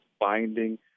binding